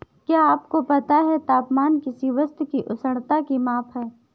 क्या आपको पता है तापमान किसी वस्तु की उष्णता की माप है?